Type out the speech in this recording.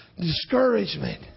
discouragement